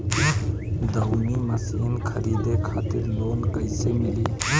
दऊनी मशीन खरीदे खातिर लोन कइसे मिली?